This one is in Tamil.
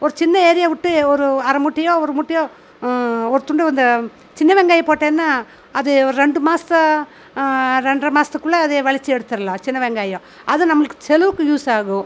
ஒரு சின்ன ஏரியா விட்டு ஒரு அரை மூட்டையோ ஒரு மூட்டையோ ஒரு துண்டு இந்த சின்ன வெங்காயம் போட்டேன்னா அது ரெண்டு மாதம் ரெண்டர மாசத்துக்குள்ளே அது வெளைச்சி எடுத்துடலாம் சின்ன வெங்காயம் அது நம்மளுக்கு செலவுக்கு யூஸ் ஆகும்